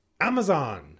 Amazon